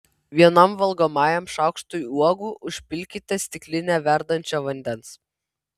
vienam valgomajam šaukštui uogų užpilkite stiklinę verdančio vandens